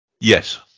Yes